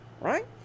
right